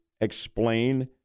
explain